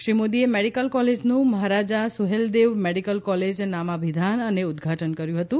શ્રી મોદીએ મેડીકલ કોલેજનું Maharaja Suheldev medical college નામાભિધાન અને ઉદ્વાટન કર્યું હતું